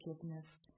forgiveness